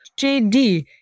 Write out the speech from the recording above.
JD